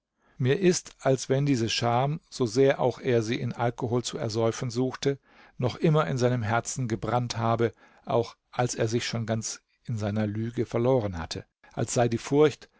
mir ist als wenn diese scham so sehr auch er sie in alkohol zu ersäufen suchte noch immer in seinem herzen gebrannt habe auch als er sich schon ganz in seiner lüge verloren hatte als sei die furcht